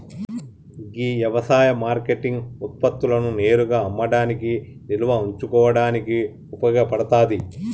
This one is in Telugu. గీ యవసాయ మార్కేటింగ్ ఉత్పత్తులను నేరుగా అమ్మడానికి నిల్వ ఉంచుకోడానికి ఉపయోగ పడతాది